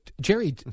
Jerry